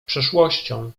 przeszłością